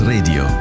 Radio